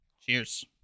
Cheers